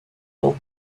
eau